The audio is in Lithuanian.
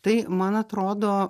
tai man atrodo